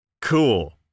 cool